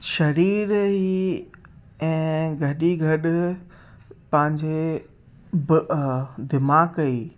सरीर ही ऐं गॾोगॾु पंहिंजे बि दिमाग़ ई